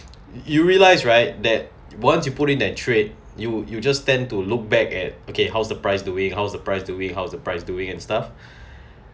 you realised right that once you put in that trade you you just tend to look back at okay how's the price doing how's the price doing how's the price doing and stuff